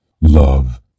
Love